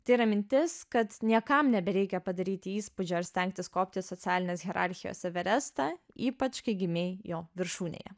tai yra mintis kad niekam nebereikia padaryti įspūdžio ir stengtis kopti socialinės hierarchijos everestą ypač kai gimei jo viršūnėje